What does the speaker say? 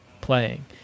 playing